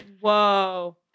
Whoa